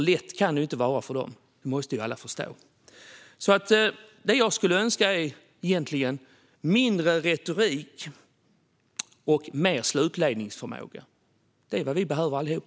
Lätt kan det inte vara för dem, det måste alla förstå. Det jag skulle önska är mindre retorik och mer slutledningsförmåga. Det är vad vi behöver allihop.